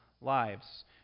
lives